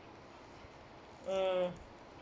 mm